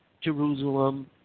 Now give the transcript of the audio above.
Jerusalem